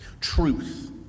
Truth